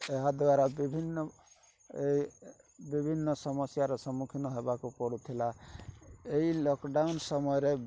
ଏହାଦ୍ୱାରା ବିଭିନ୍ନ ଏଇ ବିଭିନ୍ନ ସମସ୍ୟାର ସମ୍ମୁଖୀନ ହେବାକୁ ପଡୁଥିଲା ଏଇ ଲକ୍ଡ଼ାଉନ୍ ସମୟରେ